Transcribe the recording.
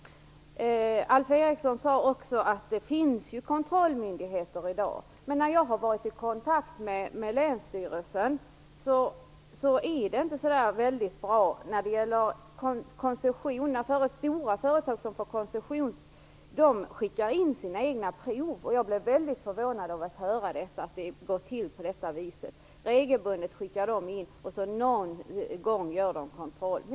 Alf Eriksson sade också att det finns kontrollmyndigheter i dag. Men jag har varit i kontakt med länsstyrelsen och fått veta att det inte är så bra när det gäller koncession. Stora företag som får koncession skickar in sina egna prover. Jag blev mycket förvånad när jag hörde att det går till på det viset. De skickar in proverna regelbundet, och någon gång gör man en kontroll.